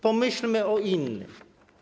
Pomyślmy o innych.